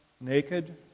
naked